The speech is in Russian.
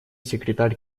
секретарь